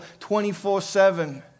24-7